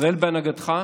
ישראל בהנהגתך,